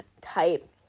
type